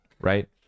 right